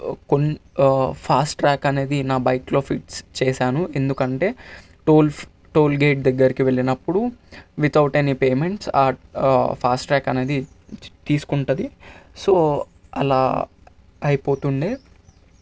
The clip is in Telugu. కో ఫాస్ట్ ట్రాక్ అనేది నా బైక్లో ఫిక్స్ చేశాను ఎందుకంటే టోల్ టోల్గేట్ దగ్గరకి వెళ్ళినప్పుడు without any payment fast track అనేది తీసుకుంటుంది సో అలా అయిపోతుండే